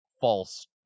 false